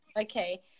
Okay